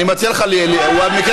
אתה, אני מציע לך, הוא היה ג'ובניק?